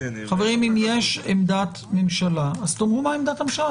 יש עמדת ממשלה תאמרו אותה.